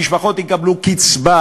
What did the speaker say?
המשפחות יקבלו קצבה